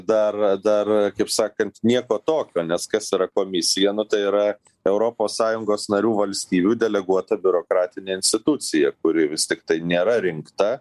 dar dar kaip sakant nieko tokio nes kas yra komisija nu tai yra europos sąjungos narių valstybių deleguota biurokratinė institucija kuri vis tiktai nėra rinkta